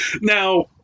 Now